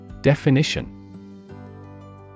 Definition